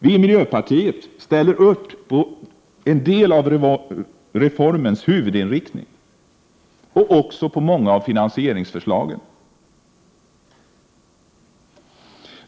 Vi i miljöpartiet ställer upp på en del av reformens huvudinriktning och också på många av finansieringsförslagen.